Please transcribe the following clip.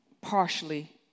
partially